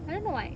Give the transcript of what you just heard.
I don't know why